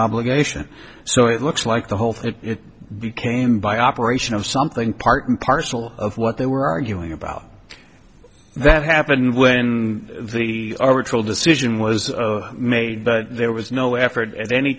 obligation so it looks like the whole thing became by operation of something part and parcel of what they were arguing about that happened when the decision was made but there was no effort at any